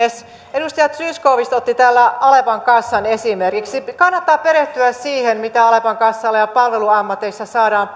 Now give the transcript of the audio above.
edustaja zyskowicz otti täällä alepan kassan esimerkiksi kannattaa perehtyä siihen mitä alepan kassalla ja palveluammateissa saadaan